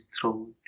throat